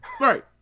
right